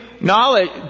Knowledge